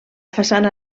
façana